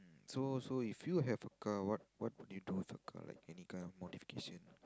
so so if you have a car what what would you do for your car like any kind of modification